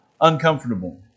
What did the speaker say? uncomfortable